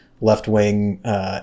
left-wing